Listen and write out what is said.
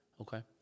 Okay